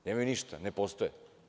Nemaju ništa, ne postoje.